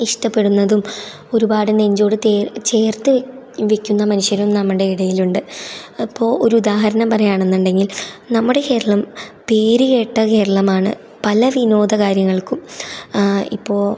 ഇഷ്ടപ്പെടുന്നതും ഒരുപാട് നെഞ്ചോടു ചേർത്തു വെക്കുന്ന മനുഷ്യരും നമ്മളുടെ ഇടയിലുണ്ട് അപ്പോൾ ഒരുദാഹരണം പറയുകയാണെന്നുണ്ടെങ്കിൽ നമ്മുടെ കേരളം പേരു കേട്ട കേരളമാണ് പല വിനോദ കാര്യങ്ങളൾക്കും ഇപ്പോൾ